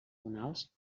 tonals